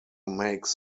makes